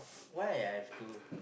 why I have to